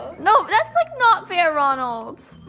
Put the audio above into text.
no that's like not fair ronald.